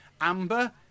Amber